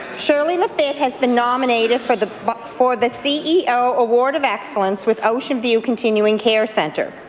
shirley lafitte has been nominated for the but for the ceo award of excellence with ocean view continuing care centre.